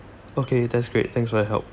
okay that's great thanks for your help